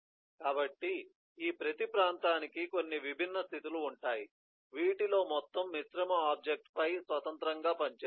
కాబట్టి ఈ ప్రతి ప్రాంతానికి కొన్ని విభిన్న స్థితులు ఉంటాయి వీటిలో మొత్తం మిశ్రమ ఆబ్జెక్ట్ పై స్వతంత్రంగా పనిచేస్తుంది